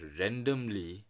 randomly